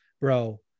bro